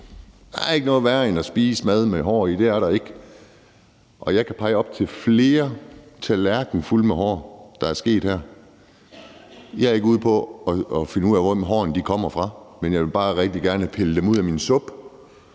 Der er ikke noget værre end at spise mad med hår i; det er der ikke. Og jeg kan pege på op til flere tallerkener fulde med hår her. Jeg er ikke ude på at finde ud af, hvor hårene kommer fra, men jeg vil bare rigtig gerne have pillet dem ud af min suppe.